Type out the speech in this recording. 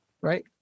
right